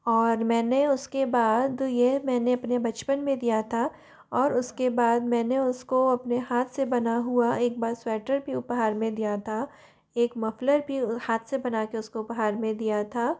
और मैंने उसके बाद यह मैंने अपने बचपन में दिया था और उसके बाद मैंने उसको अपने हाथ से बना हुआ एक बार स्वेटर भी उपहार में दिया था एक मफ़लर भी हाथ से बना कर उसको उपहार में दिया था